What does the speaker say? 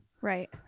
Right